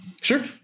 Sure